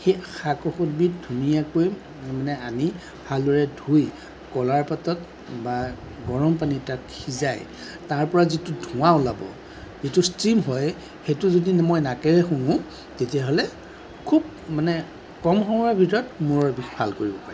সেই শাক ঔষধবিধ ধুনীয়াকৈ মানে আনি ভালদৰে ধুই কলাৰ পাতত বা গৰম পানী তাত সিজাই তাৰ পৰা যিটো ধোঁৱা ওলাব যিটো ষ্টিম হয় সেইটো যদি মই নাকেৰে শুঙো তেতিয়াহ'লে খুব মানে কম সময়ৰ ভিতৰত মূৰৰ বিষ ভাল কৰিব পাৰি